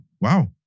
wow